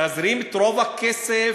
תזרים את רוב הכסף,